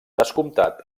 descomptat